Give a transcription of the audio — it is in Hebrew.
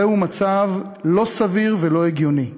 זהו מצב לא סביר ולא הגיוני.